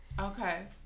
Okay